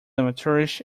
amateurish